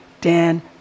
Dan